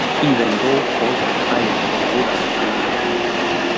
even though costs are higher for rural mini-grid customers.